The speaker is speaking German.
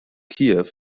kiew